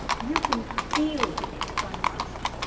you can feel the conversation.